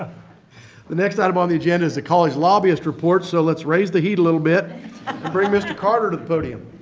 the next item on the agenda is the college lobbyist report. so let's raise the heat a little bit and bring mr. carter to the podium.